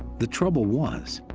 the trouble was,